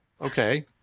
Okay